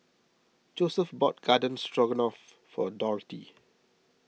Joesph bought Garden Stroganoff for Dorthy